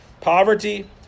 Poverty